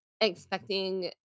expecting